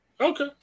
Okay